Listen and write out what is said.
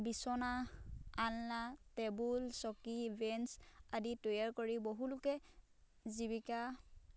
বিচনা আলনা টেবুল চকী বেঞ্চ আদি তৈয়াৰ কৰি বহু লোকে জীৱিকা